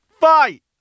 Fight